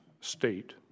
state